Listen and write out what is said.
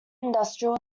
industrial